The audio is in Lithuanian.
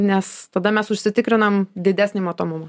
nes tada mes užsitikrinam didesnį matomumą